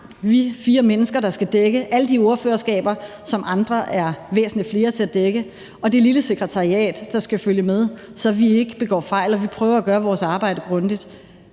vi fire mennesker, der skal dække alle de ordførerskaber, som andre er væsentlig flere til at dække, og det lille sekretariat, der skal følge med, så vi ikke begår fejl – og vi prøver at gøre vores arbejde grundigt.